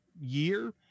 year